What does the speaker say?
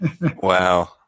Wow